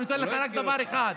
אני נותן לך רק דבר אחד,